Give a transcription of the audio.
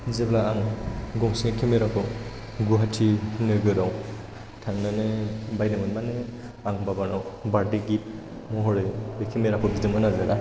जेब्ला आं गंसे केमेरा खौ गुवाहाटि नोगोराव थांनानै बायदोंमोन माने आं बाबानाव बार्थडे गिफ्ट महरै बे केमेरा खौ बिदोंमोन आरोना